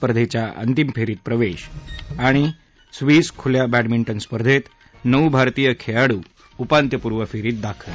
स्पर्धेच्या अंतिम फेरीत प्रवेश स्विस खुल्या बॅडमिटन स्पर्धेत नऊ भारतीय खेळाडू उपांत्यपूर्व फेरीत दाखल